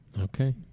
Okay